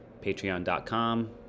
patreon.com